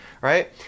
right